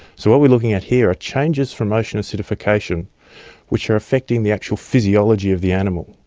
so what we're looking at here are changes from ocean acidification which are affecting the actual physiology of the animal.